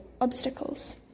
obstacles